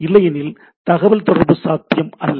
இல்லையெனில் தகவல் தொடர்பு சாத்தியம் அல்ல